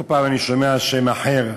כל פעם אני שומע שם אחר,